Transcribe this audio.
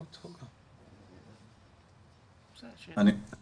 אבל כמובן שגם לילדים כפי שהציג את זה חיים.